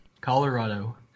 Colorado